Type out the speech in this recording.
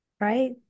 right